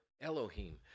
Elohim